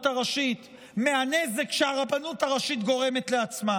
הראשית מהנזק שהרבנות הראשית גורמת לעצמה.